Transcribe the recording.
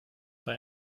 bei